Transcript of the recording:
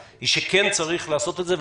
שכן צריך לעשות את זה,